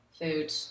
food